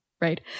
Right